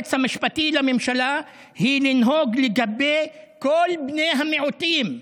היועץ המשפטי לממשלה היא לנהוג לגבי כל בני המיעוטים,